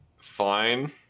fine